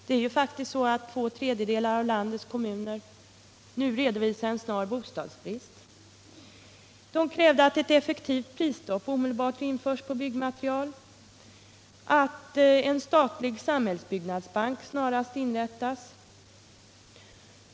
Det är faktiskt så att två för att främja sysselsättningen tredjedelar av landets kommuner redovisar en snar bostadsbrist. De krävde vidare att ett effektivt prisstopp på byggnadsmaterial omedelbart införs och att en statlig samhällsbyggnadsbank snarast inrättas.